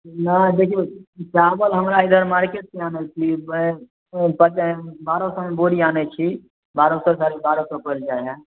नहि देखिऔ चावल हमरा इधर मार्केटसँ आनै छी ओ पड़लै हँ बारह सओमे बोरी आनै छी बारह सओ साढ़े बारह सओ पड़ि जाए हइ